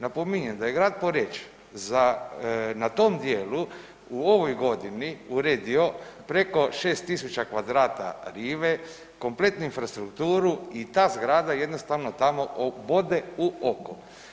Napominjem da je grad Poreč za, na tom dijelu u ovoj godini uredio preko 6000 kvadrata rive, kompletnu infrastrukturu i ta zgrada jednostavno tamo bode u oko.